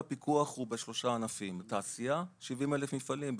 הפיקוח הוא בשלושה ענפים: תעשייה 70,000 מפעלים,